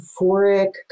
euphoric